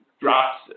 drops